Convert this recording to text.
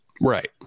Right